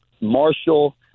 Marshall